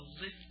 lift